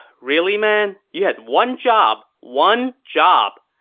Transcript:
really, man? you had one job. one job!